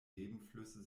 nebenflüsse